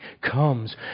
comes